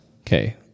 Okay